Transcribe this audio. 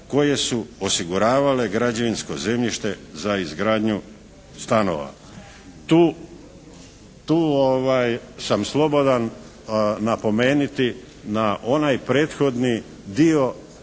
koje su osiguravale građevinsko zemljište za izgradnju stanova. Tu sam slobodan napomenuti na onaj prethodni dio